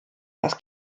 das